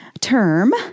term